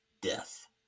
death